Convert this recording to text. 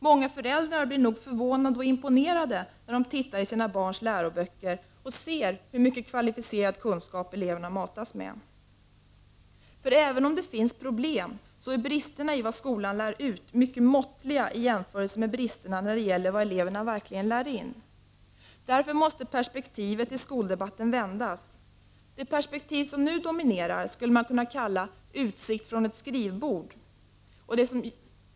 Många föräldrar blir nog förvånade och imponerade när de tittar i sina barns läroböcker och ser hur mycket kvalificerad kunskap eleverna matas med. Även om vi vet att det finns problem, så är bristerna i vad skolan lär ut mycket måttliga i jämförelse med bristerna när det gäller vad eleverna verkligen lär in. Därför måste perspektivet i skoldebatten vändas. Det perspektiv som nu dominerar skulle kunna kallas ”utsikt från ett skrivbord”.